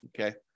Okay